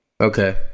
Okay